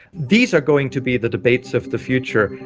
these are going to be the debates of the future,